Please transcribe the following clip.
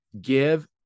give